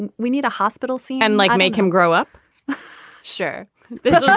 and we need a hospital scene and like make him grow up sure he's